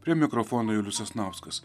prie mikrofono julius sasnauskas